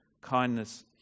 kindness